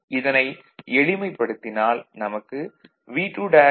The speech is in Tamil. இதனை எளிமைப்படுத்தினால் நமக்கு V2' 192